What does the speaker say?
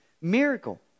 miracle